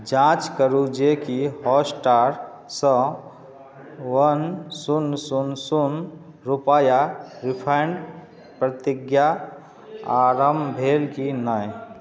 जाँच करू जे कि हॉटस्टारसँ वन शून्य शून्य शून्य रुपैआ रिफण्डके प्रक्रिया आरम्भ भेल कि नहि